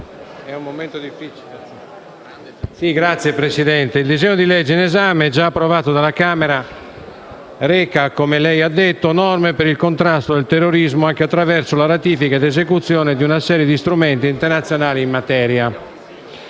il disegno di legge in esame, già approvato dalla Camera, reca: «Norme per il contrasto del terrorismo», anche attraverso la ratifica ed esecuzione di una serie di strumenti internazionali in materia.